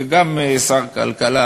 וגם שר כלכלה,